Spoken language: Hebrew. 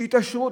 שהתעשרו,